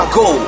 go